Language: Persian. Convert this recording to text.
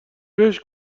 بهش